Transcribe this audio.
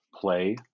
play